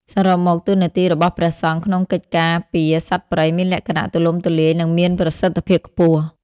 សរុបមក តួនាទីរបស់ព្រះសង្ឃក្នុងកិច្ចការពារសត្វព្រៃមានលក្ខណៈទូលំទូលាយ និងមានប្រសិទ្ធភាពខ្ពស់។